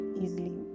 easily